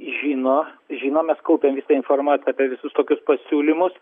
žino žinom mes kaupiam informaciją apie visus tokius pasiūlymus